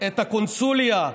את הקונסוליה.